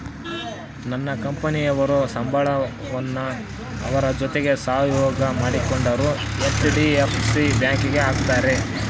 ನನ್ನ ಕಂಪನಿಯವರು ಸಂಬಳವನ್ನ ಅವರ ಜೊತೆ ಸಹಯೋಗ ಮಾಡಿಕೊಂಡಿರೊ ಹೆಚ್.ಡಿ.ಎಫ್.ಸಿ ಬ್ಯಾಂಕಿಗೆ ಹಾಕ್ತಾರೆ